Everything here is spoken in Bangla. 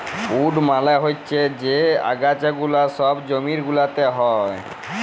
উইড মালে হচ্যে যে আগাছা গুলা সব জমি গুলাতে হ্যয়